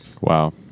Wow